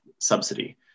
subsidy